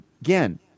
again